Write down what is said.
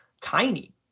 tiny